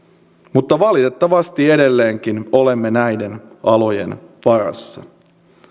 mutta valitettavasti edelleenkin olemme näiden alojen varassa